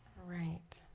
right,